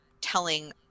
telling